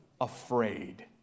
afraid